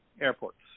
airports